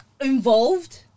involved